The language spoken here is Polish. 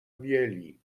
bieli